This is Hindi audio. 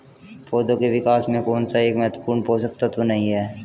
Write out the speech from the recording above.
पौधों के विकास में कौन सा एक महत्वपूर्ण पोषक तत्व नहीं है?